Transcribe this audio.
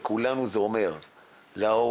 לכולנו זה אומר להורים,